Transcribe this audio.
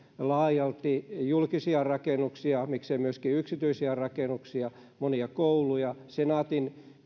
laajalti julkisia rakennuksia miksei myöskin yksityisiä rakennuksia monia kouluja senaatti